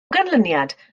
ganlyniad